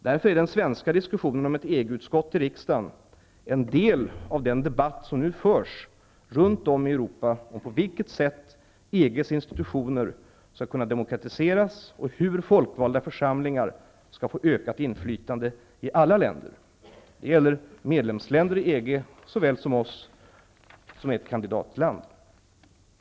Därför är den svenska diskussionen om ett EG-utskott i riksdagen en del av den debatt som nu förs runt om i Europa om på vilket sätt EG:s institutioner skall kunna demokratiseras och hur folkvalda församlingar skall få ökat inflytande i alla länder. Det gäller medlemsländer i EG såväl som Sverige, som är kandidatland.